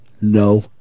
No